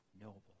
noble